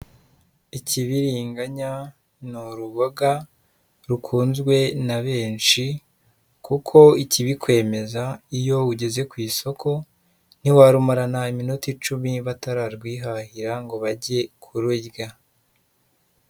Ikibiringanya ni uruboga rukunzwe na benshi, kuko ikibikwemeza iyo ugeze ku isoko ntiwarumarana iminota icumi batararwihahira ngo bajye kururya.